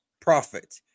prophet